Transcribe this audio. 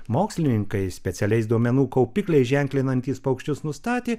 mokslininkai specialiais duomenų kaupikliai ženklinantys paukščius nustatė